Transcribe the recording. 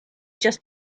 just